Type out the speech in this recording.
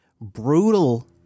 brutal